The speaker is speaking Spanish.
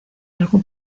algo